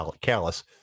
callous